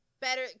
better